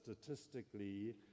statistically